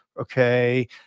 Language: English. okay